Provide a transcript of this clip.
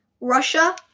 Russia